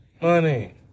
money